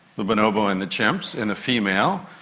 the bonobo and the chimps in the female.